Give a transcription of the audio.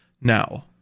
now